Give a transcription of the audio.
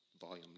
volume